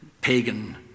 pagan